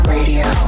Radio